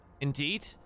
indeed